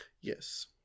Yes